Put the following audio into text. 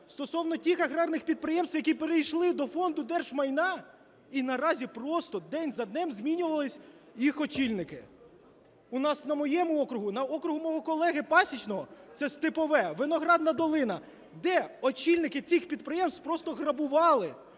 стосовно тих аграрних підприємств, які перейшли до Фонду держмайна і наразі просто день за днем змінювалися їх очільники. У нас на моєму окрузі, на окрузі мого колеги Пасічного, це Степове, Виноградна долина, де очільники цих підприємств просто грабували,